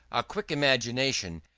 a quick imagination,